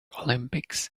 olympics